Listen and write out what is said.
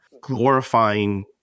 glorifying